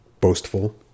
Boastful